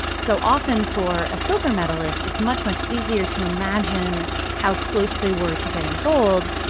so often for a silver medalist, it's much, much easier to imagine how close they were to getting gold.